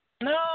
No